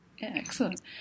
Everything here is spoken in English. Excellent